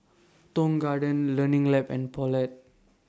Tong Garden Learning Lab and Poulet